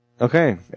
Okay